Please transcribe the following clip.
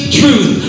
truth